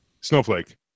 Snowflake